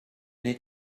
need